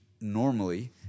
normally